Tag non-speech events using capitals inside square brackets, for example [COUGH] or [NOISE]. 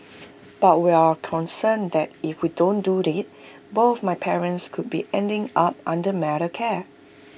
[NOISE] but we're concerned that if we don't do IT both my parents could be ending up under mental care